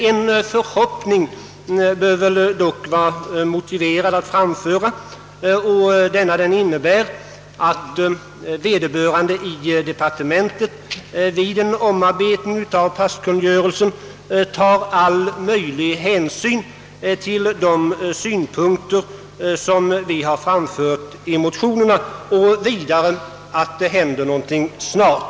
En förhoppning bör det väl dock vara motiverat att framföra, och den innebär att vederbörande i departementet vid en omarbetning av passkungörelsen tar all möjlig hänsyn till de synpunkter vi framfört i motionerna, och vidare att det händer någonting snart.